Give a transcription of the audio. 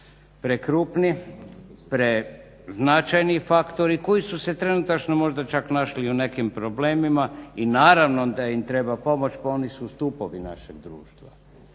prekrupni, preznačajni faktori koji su se trenutačno možda čak našli i u nekim problemima i naravno da im treba pomoć pa oni su stupovi našeg društva.